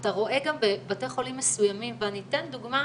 אתה רואה גם בבתי חולים מסוימים, ואני אתן לדוגמה